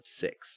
Six